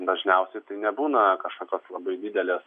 dažniausiai tai nebūna kažkokios labai didelės